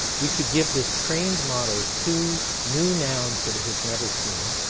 we could give this trained model two new nouns that it has never seen,